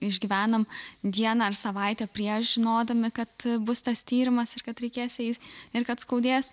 išgyvenam dieną ar savaitę prieš žinodami kad bus tas tyrimas ir kad reikės eiti ir kad skaudės